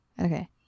Okay